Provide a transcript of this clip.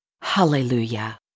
Hallelujah